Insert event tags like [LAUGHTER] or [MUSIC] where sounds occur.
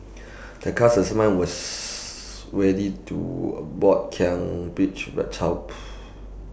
The class assignment was ready to about Kian Page [UNINTELLIGIBLE]